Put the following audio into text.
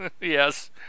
yes